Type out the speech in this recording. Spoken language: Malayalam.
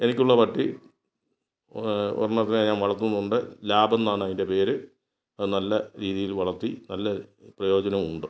എനിക്കുള്ള പട്ടി ഒരണ്ണത്തിനെ ഞാൻ വളർത്തുന്നുണ്ട് ലാബ് എന്നാണ് അതിൻ്റെ പേര് അത് നല്ല രീതിയിൽ വളർത്തി നല്ല പ്രയോജനമുണ്ട്